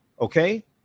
okay